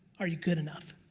are you good enough?